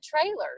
trailers